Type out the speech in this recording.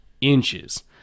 inches